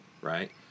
right